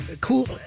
cool